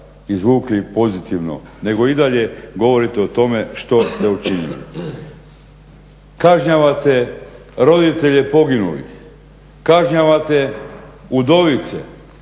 izvukli pozitivno nego i dalje govorite o tome što ste učinili. Kažnjavate roditelje poginulih, kažnjavate udovice,